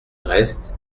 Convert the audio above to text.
reste